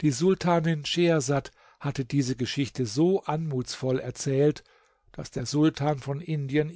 die sultanin schehersad hatte diese geschichte so anmutsvoll erzählt daß der sultan von indien